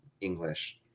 English